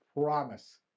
promise